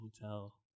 hotel